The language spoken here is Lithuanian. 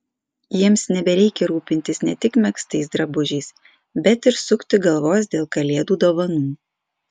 jiems nebereikia rūpintis ne tik megztais drabužiais bet ir sukti galvos dėl kalėdų dovanų